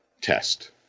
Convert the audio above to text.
test